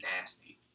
Nasty